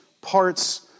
parts